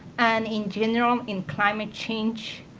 and, in general, in climate change,